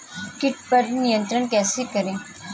कीट पर नियंत्रण कैसे करें?